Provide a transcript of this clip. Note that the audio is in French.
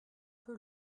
peu